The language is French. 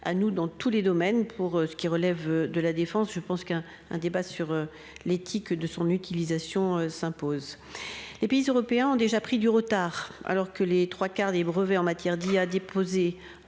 à nous, dans tous les domaines. Pour ce qui relève de la défense, je pense qu'un, un débat sur l'éthique de son utilisation s'impose. Et puis européens ont déjà pris du retard alors que les trois quarts des brevets en matière d'IA déposé